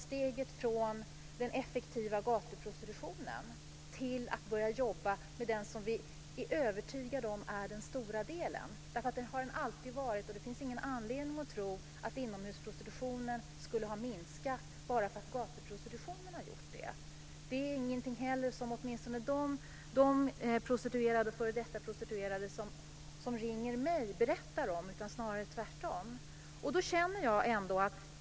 Steget från att bekämpa gatuprostitutionen till att börja jobba med det som vi är övertygad om är den stora delen fungerar inte i dag. Det har den alltid varit. Det finns ingen anledning att tro att inomhusprostitutionen skulle ha minskat bara för att gatuprostitutionen har gjort det. Det är inget som de prostituerade och f.d. prostituerade som ringer mig berättar om. Det är snarare tvärtom.